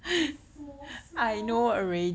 eyes small small